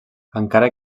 encara